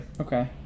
okay